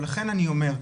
ולכן אני אומר,